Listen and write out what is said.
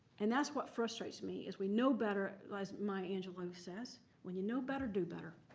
and that's what frustrates me is, we know better. as maya angelou says, when you know better, do better.